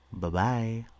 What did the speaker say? Bye-bye